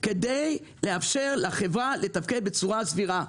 כדי לאפשר לחברה לתפקד בצורה סבירה,